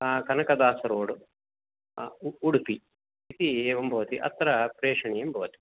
Kanakadas road Udupi एवं भवति अत्र प्रेषणीयं भवति